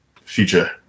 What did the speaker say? future